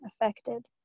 affected